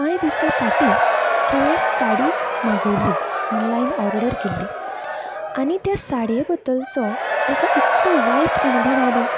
कांय दिसा फाटीं हांवें एक साडी मागयिल्ली ऑनलायन ऑर्डर केल्ली आनी त्या साडये बद्दलचो म्हाका इतलो वायट अणुभव आयलो